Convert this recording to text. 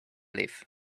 live